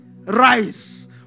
rise